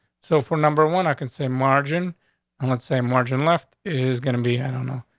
so for number one, i could say margin on, let's say margin left is gonna be i don't know,